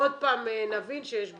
ועוד פעם נבין שיש בעיה.